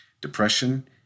Depression